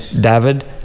David